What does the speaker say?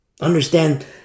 Understand